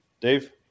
Dave